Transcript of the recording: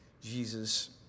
Jesus